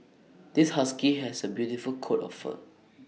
this husky has A beautiful coat of fur